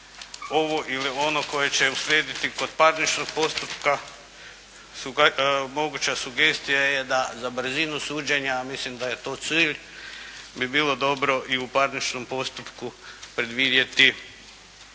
ovo ili ono koje će uslijediti kod parničnog postupka moguća sugestija je da za brzinu suđenja mislim da je to cilj, bi bilo dobro i u parničnom postupku predvidjeti